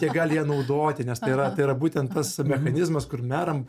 tai gali ją naudoti nes tai yra tai yra būtent tas mechanizmas kur meram